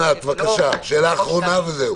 אוסנת, שאלה אחרונה וזהו.